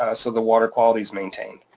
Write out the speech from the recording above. ah so the water quality is maintained.